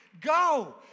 Go